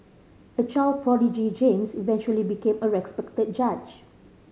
a child prodigy James eventually became a respected judge